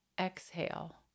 exhale